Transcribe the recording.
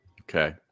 Okay